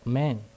men